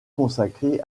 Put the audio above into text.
consacré